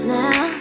now